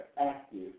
active